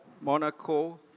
Monaco